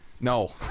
No